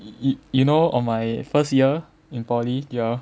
you know on my first year in poly year